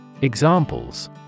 Examples